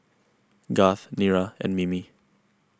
Garth Nira and Mimi